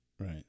Right